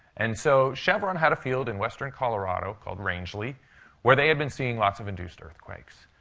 and so chevron had a field in western colorado called rangely where they had been seeing lots of induced earthquakes.